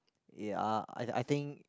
ya I I think